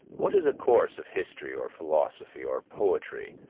what is a course of history or philosophy, or poetry,